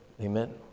amen